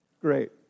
Great